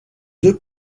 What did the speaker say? deux